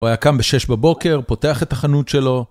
הוא היה קם ב-6 בבוקר, פותח את החנות שלו.